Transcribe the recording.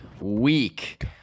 week